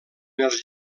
els